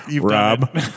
Rob